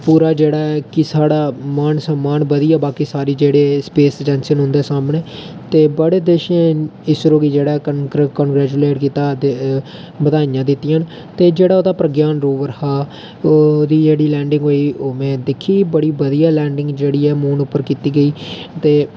पूरा जेह्ड़ा ऐ कि साढ़ा मान सम्मान बधिया बाकी सारे जेह्ड़े स्पेस रिसर्च न उं'दे सामनै ते बड़े देशें इसरो गी जेह्ड़ा कंग्रैचुएट कीता की बधाइयां दित्तियां न ते जेह्ड़ा ओह्दा प्रज्ञान रोवर हा ते ओह्दी जेह्ड़ी लैंडिंग होई ओह् में दिक्खी ते बड़ी बधियै लैंडिंग कीती गेई ते